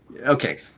okay